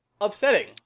upsetting